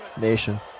Nation